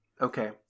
okay